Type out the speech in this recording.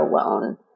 alone